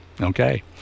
Okay